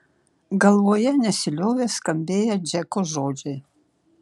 galvoje nesiliovė skambėję džeko žodžiai